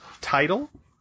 title